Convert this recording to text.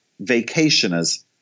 vacationers